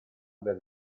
del